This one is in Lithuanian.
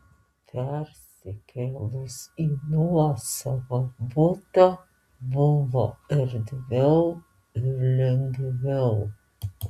persikėlus į nuosavą butą buvo erdviau ir lengviau